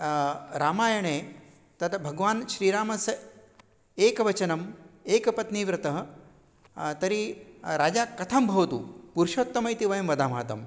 रामायणे तत् भगवान् श्रीरामस्य एकवचनम् एकपत्नीव्रतः तर्हि राजा कथं भवतु पुरुषोत्तम इति वयं वदामः तं